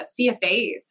CFAs